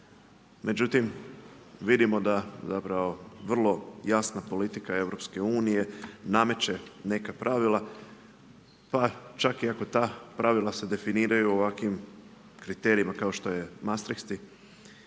Međutim, vidimo da zapravo vrlo jasna politika EU nameće neka pravila pa čak i ako ta pravila se definiraju ovakvim kriterijima kao što je mastriškim